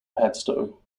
padstow